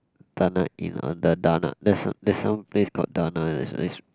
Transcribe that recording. Dana inn on the Dana there's some there's some place called Dana that is is